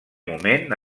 moment